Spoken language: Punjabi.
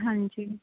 ਹਾਂਜੀ